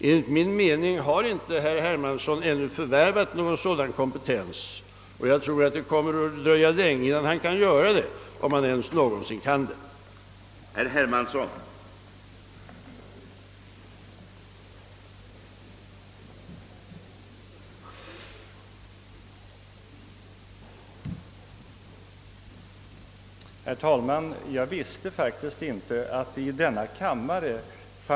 Enligt min mening har herr Hermansson ännu inte förvärvat någon sådan kompetens, och jag tror det kommer att dröja länge innan han gör det — om han ens någonsin kan förvärva denna kompetens.